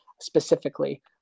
specifically